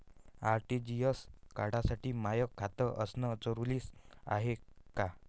RTGS करासाठी माय खात असनं जरुरीच हाय का?